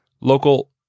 Local